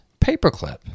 paperclip